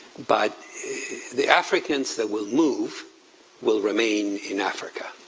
but the africans that will move will remain in africa.